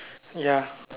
ya